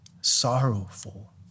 sorrowful